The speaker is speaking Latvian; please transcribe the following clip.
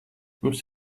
mums